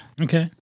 Okay